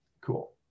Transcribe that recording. cool